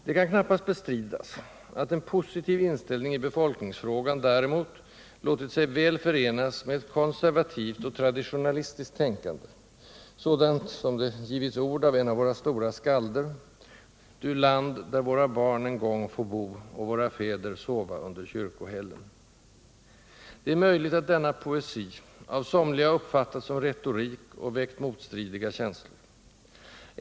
Det kan knappast bestridas att en positiv inställning i befolkningsfrågan däremot låtit sig väl förenas med ett konservativt och traditionalistiskt tänkande — sådant det givits ord av en av våra stora skalder: ”—-—-—du land, där våra barn en gång få bo, och våra fäder sova under kyrkohällen”. Det är möjligt att denna poesi av somliga uppfattats som retorik och väckt motstridiga känslor.